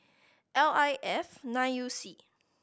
L I F nine U C